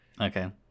Okay